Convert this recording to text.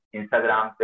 Instagram